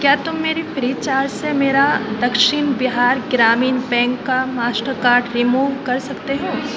کیا تم میری فری چارج سے میرا دکشن بہار گرامین بینک کا ماسٹر کارڈ رموو کر سکتے ہو